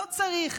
לא צריך.